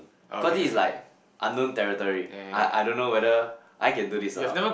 cause this is like unknown territory I I don't know whether I can do this or not